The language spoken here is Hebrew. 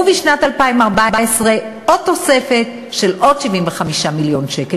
ובשנת 2014 עוד תוספת של עוד 75 מיליון שקל.